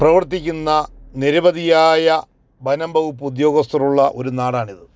പ്രവർത്തിക്കുന്ന നിരവധിയായ വനംവകുപ്പ് ഉദ്യോഗസ്ഥരുള്ള ഒരു നാടാണിത്